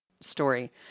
story